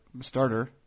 starter